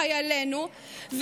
חיילינו,